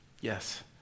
yes